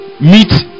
meet